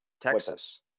Texas